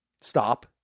Stop